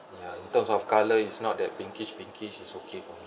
ya in terms of color is not that pinkish pinkish is okay for me